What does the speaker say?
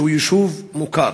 שהוא יישוב מוכר.